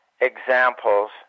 examples